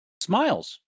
Smiles